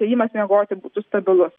ėjimas miegoti būtų stabilus